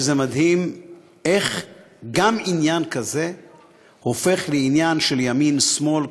מדהים איך גם עניין כזה הופך לעניין של ימין שמאל,